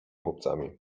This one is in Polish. chłopcami